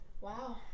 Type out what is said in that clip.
Wow